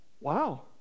wow